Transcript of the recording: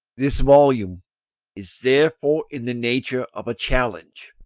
this volume is therefore in the nature of a challenge,